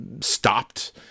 stopped